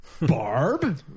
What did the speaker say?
Barb